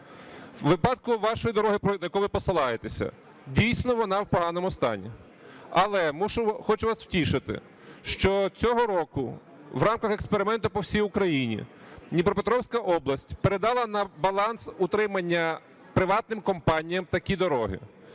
У випаду вашої дороги, про яку ви посилаєтеся. Дійсно, вона в поганому стані. Але хочу вас втішити, що цього року, в рамках експерименту по всій Україні Дніпропетровська область передала на баланс утримання приватним компаніям такі дороги.